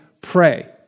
pray